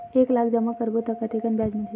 एक लाख जमा करबो त कतेकन ब्याज मिलही?